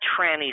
trannies